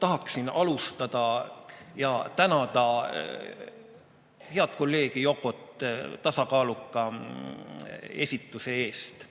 tahaksin alustuseks tänada head kolleegi Yokot tasakaaluka esitluse eest.